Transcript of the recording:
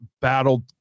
battled